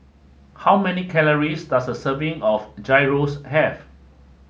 how many calories does a serving of Gyros have